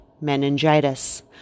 meningitis